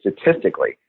statistically